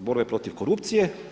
borbe protiv korupcije.